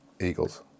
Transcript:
Eagles